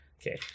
Okay